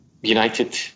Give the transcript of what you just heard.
United